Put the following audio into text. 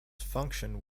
function